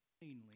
plainly